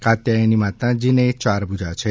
કાત્યાયની માતાજીને ચાર ભુજા છે